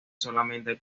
solamente